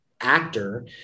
actor